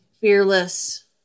fearless